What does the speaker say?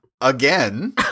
again